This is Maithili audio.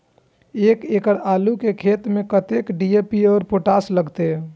एक एकड़ आलू के खेत में कतेक डी.ए.पी और पोटाश लागते?